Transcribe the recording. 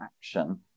action